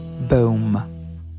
Boom